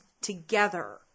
together